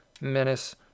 menace